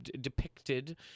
depicted